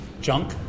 junk